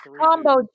combo